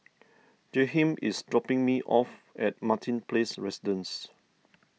Jaheim is dropping me off at Martin Place Residences